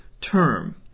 term